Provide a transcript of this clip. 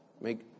Make